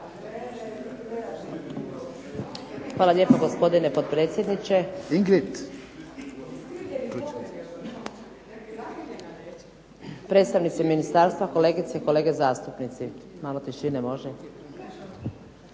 Hvala lijepa gospodine potpredsjedniče, predstavnici ministarstva, kolegice i kolege zastupnici. Pa sustav